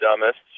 dumbest